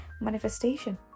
manifestation